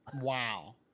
Wow